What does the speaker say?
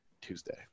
Tuesday